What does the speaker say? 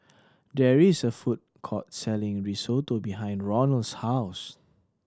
there is a food court selling Risotto behind Ronal's house